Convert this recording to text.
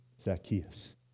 Zacchaeus